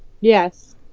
Yes